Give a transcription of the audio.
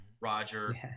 Roger